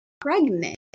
pregnant